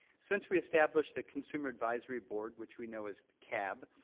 since we established the consumer advisory board, which we know as the cab,